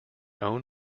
own